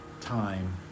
time